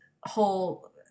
whole